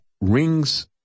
rings